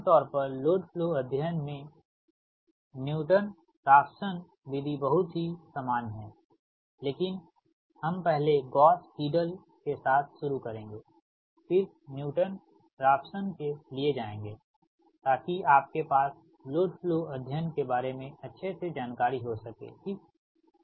तो आम तौर पर लोड फ्लो अध्ययन में कि न्यू टन राफसन विधि बहुत ही सामान्य है लेकिन हम पहले गॉस सिडल के साथ शुरू करेंगे फिर न्यू टन राफसन के लिए जाएंगे ताकि आपके पास लोड फ्लो अध्ययन के बारे में अच्छे से जानकारी हो सके ठीक